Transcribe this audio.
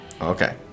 Okay